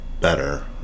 better